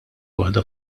waħda